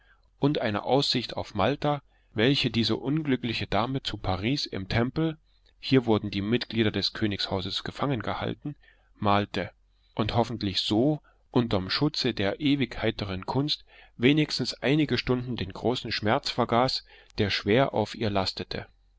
und eine aussicht auf malta welche diese unglückliche dame zu paris im temple fußnote hier wurden die mitglieder des königshauses gefangengehalten malte und hoffentlich so unterm schutze der ewig heiteren kunst wenigstens einige stunden den großen schmerz vergaß der schwer auf ihr lastete